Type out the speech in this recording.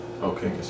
Okay